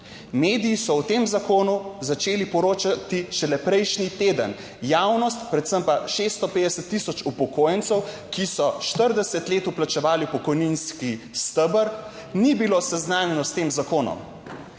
Mediji so o tem zakonu začeli poročati šele prejšnji teden, javnost, predvsem pa 650 tisoč upokojencev, ki so 40 let vplačevali v pokojninski steber, ni bilo seznanjenih s tem zakonom.